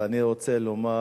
ואני רוצה לומר,